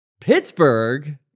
pittsburgh